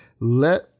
Let